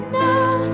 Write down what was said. now